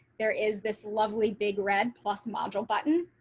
there is this lovely big red plus module button.